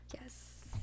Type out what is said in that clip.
Yes